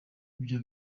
ibyo